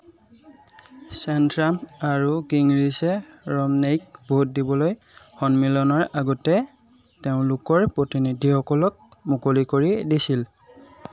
Santorum আৰু গিংৰিচে ৰমনেইক ভোট দিবলৈ সন্মিলনৰ আগতে তেওঁলোকৰ প্ৰতিনিধিসকলক মুকলি কৰি দিছিল